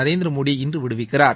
நரேந்திர மோடி இன்று விடுவிக்கிறார்